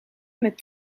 met